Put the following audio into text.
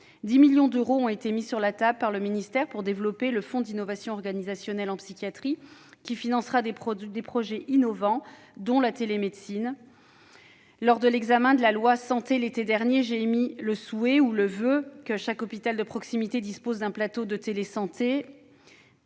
10 millions d'euros a été mise sur la table par le ministère pour développer le fonds d'innovation organisationnelle en psychiatrie, qui financera des projets innovants, dont la télémédecine. Lors de l'examen de la loi Santé, l'été dernier, j'ai émis le souhait que chaque hôpital de proximité dispose d'un plateau de télésanté.